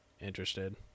interested